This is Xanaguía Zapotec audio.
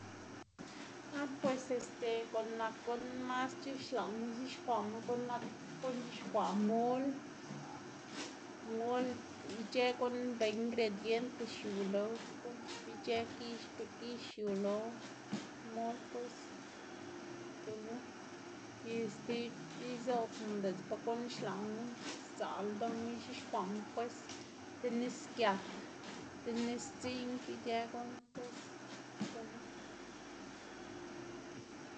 Ah pues este guꞌn nak guꞌn masc̲h̲e xlaꞌnma ix̱uxkwaꞌma guꞌn nak xkuꞌn c̲h̲uxkwaꞌ mol, mol ic̲h̲ë guꞌn be ngrediente xiu lo guꞌn bi ic̲h̲ë gix, bi gix xiu lo mol pues, gunu y stib izobna diꞌtsa ba guꞌn xlaꞌnma sdzaꞌl ldoꞌma ix̱ux̱kwaꞌma pues, ti nis giat, ti nis dziꞌng ic̲h̲ë guꞌn pues, gunu.